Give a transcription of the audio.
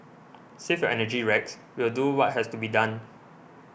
save your energy Rex we'll do what has to be done